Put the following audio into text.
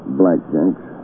blackjacks